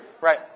Right